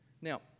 Now